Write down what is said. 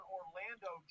Orlando